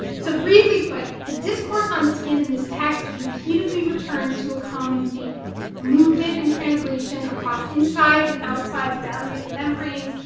so, briefly put, the discourse on skin in this text repeatedly returns to a common theme movement and translation across insides and outsides, boundaries and membranes,